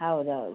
ಹೌದು ಹೌದು